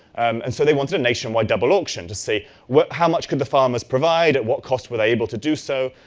and so they wanted a nationwide double auctions to see how much could the farmers provide? at what cost were they able to do so?